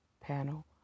panel